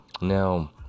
now